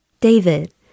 David